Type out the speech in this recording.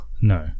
No